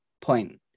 point